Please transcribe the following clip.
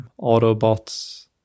Autobots